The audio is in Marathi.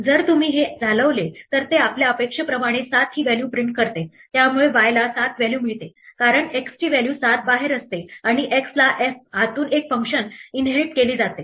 जर तुम्ही हे चालवले तर ते आपल्या अपेक्षेप्रमाणे 7 ही व्हॅल्यू प्रिंट करते त्यामुळे y ला 7 व्हॅल्यू मिळते कारण x ची व्हॅल्यू 7 बाहेर असते आणि x ला f आतून एक फंक्शन इनहेरिट केले जाते